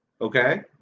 Okay